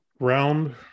Round